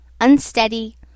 unsteady